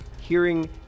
hearing